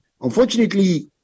Unfortunately